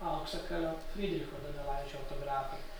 auksakalio frydricho donelaičio autografai